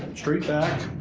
straight back